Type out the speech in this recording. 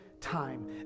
time